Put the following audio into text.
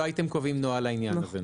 לא הייתם קובעים נוהל לעניין הזה.